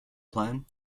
plan